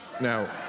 Now